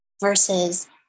versus